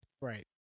Right